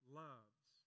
loves